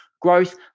growth